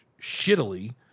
shittily